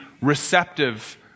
receptive